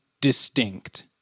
distinct